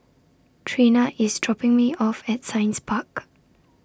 Treena IS dropping Me off At Science Park